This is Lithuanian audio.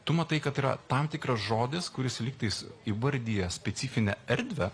tu matai kad yra tam tikras žodis kuris lygtais įvardija specifinę erdvę